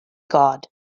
god